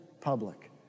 public